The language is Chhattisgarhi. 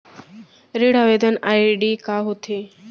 ऋण आवेदन आई.डी का होत हे?